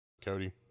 Cody